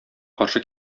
каршы